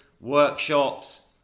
workshops